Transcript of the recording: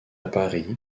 paris